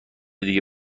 دیگه